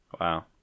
Wow